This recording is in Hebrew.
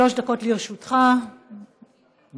שלוש דקות לרשותך, בבקשה.